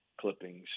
clippings